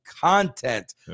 content